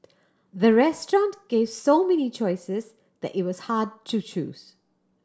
the restaurant gave so many choices that it was hard to choose